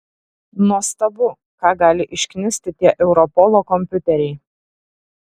nuostabu ką gali išknisti tie europolo kompiuteriai